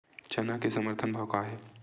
चना के समर्थन भाव का हे?